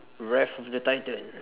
wrath of the titans